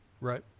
Right